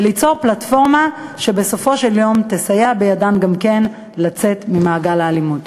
וליצור פלטפורמה שבסופו של יום תסייע בידן גם לצאת ממעגל האלימות.